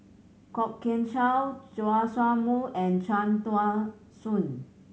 Kwok Kian Chow Joash Moo and Cham Tao Soon